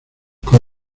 con